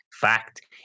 Fact